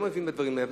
לא מבין בדברים האלה,